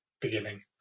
beginning